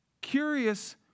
curious